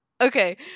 Okay